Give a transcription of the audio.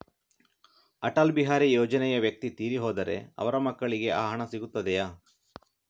ಅಟಲ್ ಬಿಹಾರಿ ಯೋಜನೆಯ ವ್ಯಕ್ತಿ ತೀರಿ ಹೋದರೆ ಅವರ ಮಕ್ಕಳಿಗೆ ಆ ಹಣ ಸಿಗುತ್ತದೆಯೇ?